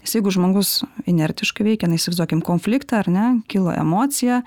nes jeigu žmogus inertiškai veikia na įsivaizduokim konfliktą ar ne kilo emocija